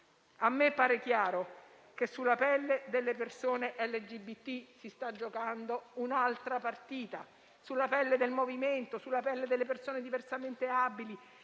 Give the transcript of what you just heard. A me pare chiaro che sulla pelle delle persone LGBT si sta giocando un'altra partita; sulla pelle del movimento; sulla pelle delle persone diversamente abili;